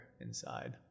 inside